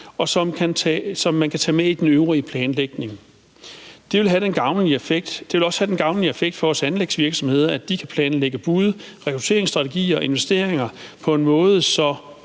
og som man kan tage med i den øvrige planlægning. Det vil også have den gavnlige effekt for vores anlægsvirksomheder, at de kan planlægge bud, rekrutteringsstrategier og investeringer på en måde,